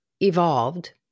evolved